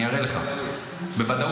אני אראה לך, בוודאות.